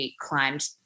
climbed